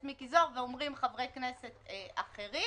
מיקי זוהר ואומרים חברי כנסת אחרים: